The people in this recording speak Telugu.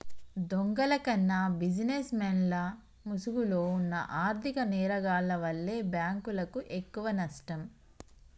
దొంగల కన్నా బిజినెస్ మెన్ల ముసుగులో వున్న ఆర్ధిక నేరగాల్ల వల్లే బ్యేంకులకు ఎక్కువనష్టం